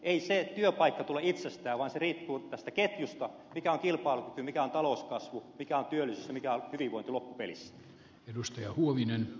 ei se työpaikka tule itsestään vaan se riippuu tästä ketjusta mikä on kilpailukyky mikä on talouskasvu mikä on työllisyys ja mikä on hyvinvointi loppupelissä